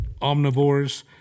omnivores